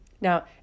Now